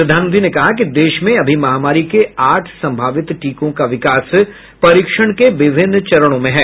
प्रधानमंत्री ने कहा कि देश में अभी महामारी के आठ संभावित टीकों का विकास परीक्षण के विभिन्न चरणों में है